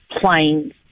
planes